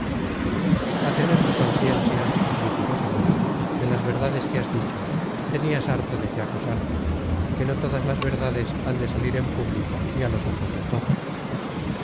a tener tú conciencia dijo rosamunda de las verdades que has dicho tenias harto de qué acusarte que no todas las verdades han de salir en público ni á los ojos de todos